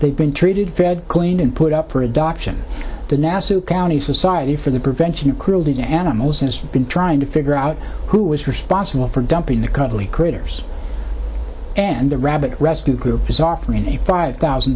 they've been treated fed cleaned and put up for adoption the nassau county society for the prevention of cruelty to animals has been trying to figure out who was responsible for dumping the cuddly critters and the rabbit rescue group is offering a five thousand